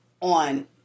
on